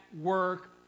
work